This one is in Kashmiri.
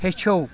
ہیٚچھو